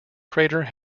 crater